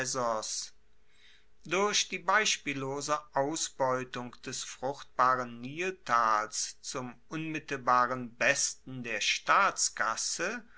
durch die beispiellose ausbeutung des fruchtbaren niltals zum unmittelbaren besten der staatskasse